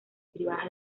privadas